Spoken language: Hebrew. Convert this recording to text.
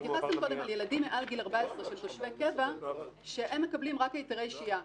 התייחסו קודם לילדים מעל גיל 14 של תושבי קבע שמקבלים רק היתרי שהייה.